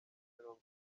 mirongo